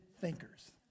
thinkers